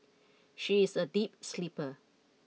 she is a deep sleeper